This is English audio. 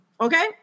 okay